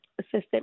assistant